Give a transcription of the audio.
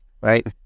right